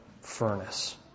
furnace